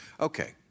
Okay